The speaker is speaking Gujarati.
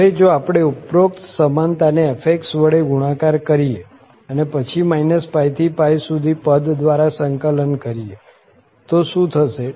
હવે જો આપણે ઉપરોક્ત સમાનતાને f વડે ગુણાકાર કરીએ અને પછી π થી π સુધી પદ દ્વારા સંકલન કરીએ તો શું થશે